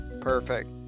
Perfect